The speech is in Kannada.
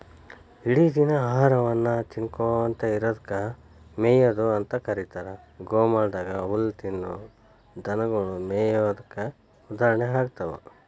ಇಡಿದಿನ ಆಹಾರವನ್ನ ತಿನ್ನಕೋತ ಇರೋದಕ್ಕ ಮೇಯೊದು ಅಂತ ಕರೇತಾರ, ಗೋಮಾಳದಾಗ ಹುಲ್ಲ ತಿನ್ನೋ ದನಗೊಳು ಮೇಯೋದಕ್ಕ ಉದಾಹರಣೆ ಆಗ್ತಾವ